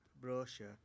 brochure